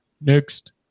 next